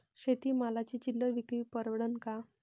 शेती मालाची चिल्लर विक्री परवडन का?